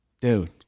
Dude